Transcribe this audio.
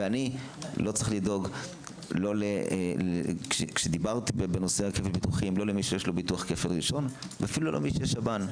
ואני לא צריך לדאוג לא למי שיש ביטוח כפל ראשון ואפילו לא למי שיש שב"ן,